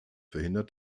verhindert